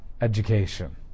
education